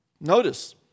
Notice